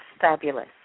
Fabulous